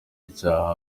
icyaha